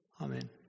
Amen